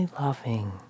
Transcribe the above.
loving